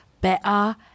better